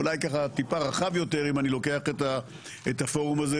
אולי טיפה רחב יותר, אם אני לוקח את הפורום הזה,